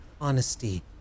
honesty